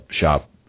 shop